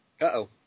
Uh-oh